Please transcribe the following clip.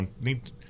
need